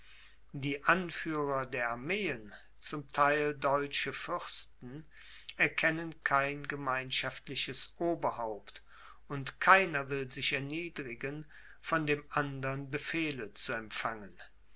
die anführer der armeen zum theil deutsche fürsten erkennen kein gemeinschaftliches oberhaupt und keiner will sich erniedrigen von dem andern befehle zu empfangen